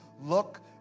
look